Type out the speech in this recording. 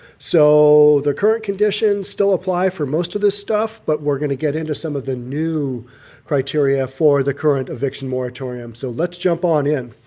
so the current conditions still apply for most of this stuff, but we're going to get into some of the new criteria for the current eviction moratorium. so let's jump on in.